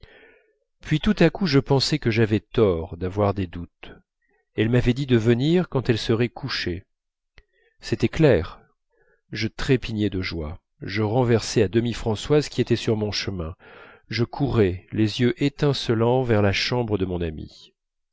puis tout d'un coup je pensai que j'avais tort d'avoir des doutes elle m'avait dit de venir quand elle serait couchée c'était clair je trépignais de joie je renversai à demi françoise qui était sur mon chemin je courais les yeux étincelants vers la chambre de mon amie